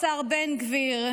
השר בן גביר,